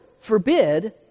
forbid